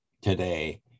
today